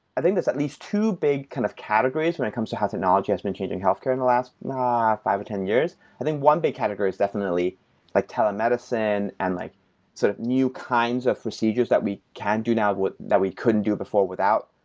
i think there's at least two big kind of categories when it comes to how technology has been changing healthcare in the last five or ten years. i think one big category is definitely like telemedicine and like sort of new kinds of procedures that we can do now that we couldn't do before without,